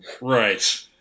Right